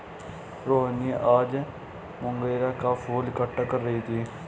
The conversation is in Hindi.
रोहिनी आज मोंगरे का फूल इकट्ठा कर रही थी